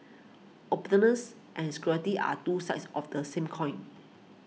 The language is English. openness and security are two sides of the same coin